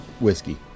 whiskey